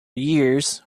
years